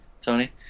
Tony